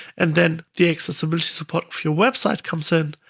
and then the accessibility support for your website comes in.